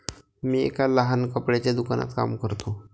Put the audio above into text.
मी एका लहान कपड्याच्या दुकानात काम करतो